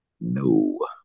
no